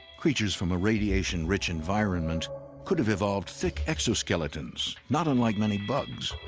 creatures from a radiation-rich environment could've evolved thick exoskeletons not unlike many bugs.